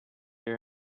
hear